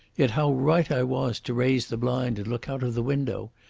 yet how right i was to raise the blind and look out of the window!